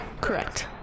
Correct